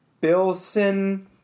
Billson